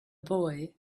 boy